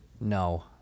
No